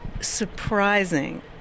surprising